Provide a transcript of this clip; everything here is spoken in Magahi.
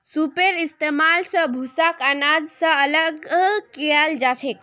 सूपेर इस्तेमाल स भूसाक आनाज स अलग कियाल जाछेक